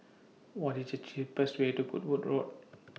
What IS The cheapest Way to Goodwood Road